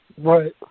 right